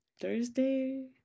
Thursday